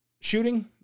shooting